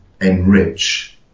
Enrich